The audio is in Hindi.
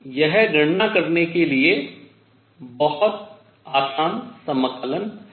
और यह गणना करने के लिए एक आसान समाकलन है